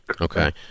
Okay